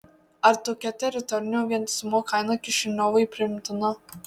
ar tokia teritorinio vientisumo kaina kišiniovui priimtina